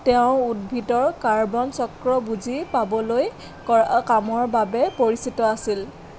তেওঁ উদ্ভিদৰ কাৰ্বন চক্ৰ বুজি পাবলৈ কৰা কামৰ বাবে পৰিচিত আছিল